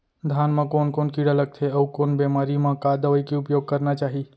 धान म कोन कोन कीड़ा लगथे अऊ कोन बेमारी म का दवई के उपयोग करना चाही?